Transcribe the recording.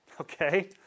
Okay